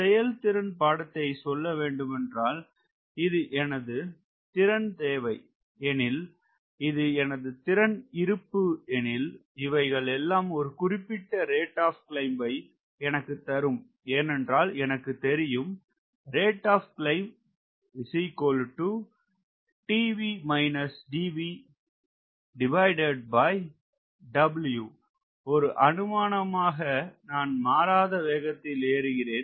செயல் திறன் பாடத்தை சொல்லவேண்டுமென்றால் இது எனது திறன் தேவை எனில் இது எனது திறன் இருப்பு எனில் இவைகள் எல்லாம் ஒரு குறிப்பிட்ட ரேட்ஆப் க்லைம்ப் ஐ எனக்கு தரும் ஏன் என்றால் எனக்கு தெரியும் ஒரு அனுமானமாக நான் மாறாத வேகத்தில் ஏறுகிறேன்